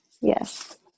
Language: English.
yes